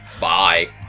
Bye